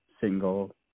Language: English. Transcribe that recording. single